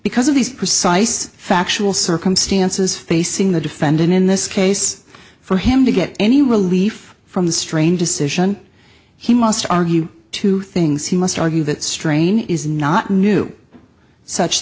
because of these precise factual circumstances facing the defendant in this case for him to get any relief from the strain decision he must argue two things he must argue that strain is not new such